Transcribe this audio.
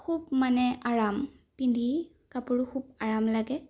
খুব মানে আৰাম পিন্ধি কাপোৰটো খুব আৰাম লাগে